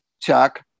Chuck